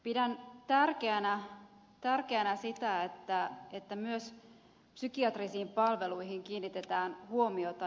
pidän tärkeänä sitä että myös psykiatrisiin palveluihin kiinnitetään huomiota